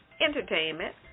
Entertainment